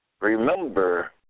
Remember